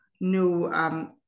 new